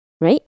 right